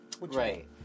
right